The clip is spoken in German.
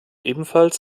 ebenfalls